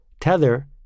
Tether